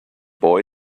boy